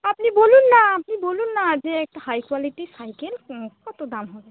আপনি বলুন না আপনি বলুন না যে একটু হাই কোয়ালিটির সাইকেল কত দাম হবে